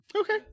Okay